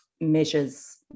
measures